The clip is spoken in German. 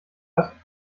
hat